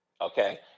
Okay